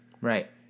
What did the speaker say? Right